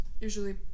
Usually